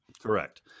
correct